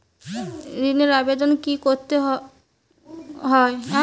ঋণের আবেদন কি করে করতে হয়?